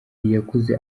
yakuze